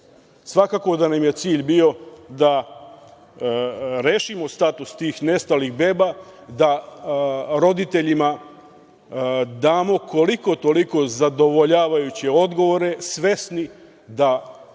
Svakako da nam je cilj bio da rešimo status tih nestalih beba, da roditeljima damo koliko-toliko zadovoljavajuće odgovore, svesni da